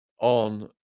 on